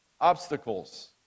obstacles